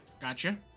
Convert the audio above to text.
Gotcha